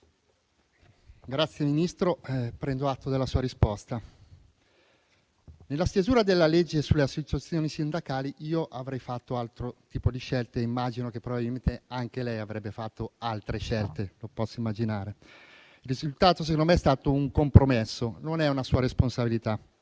Signor Ministro, prendo atto della sua risposta. Nella stesura della legge sulle associazioni sindacali, io avrei fatto altro tipo di scelte e posso immaginare che probabilmente anche lei avrebbe fatto altre scelte. Il risultato - a mio avviso - è stato un compromesso. Non è una sua responsabilità.